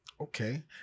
Okay